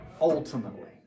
Ultimately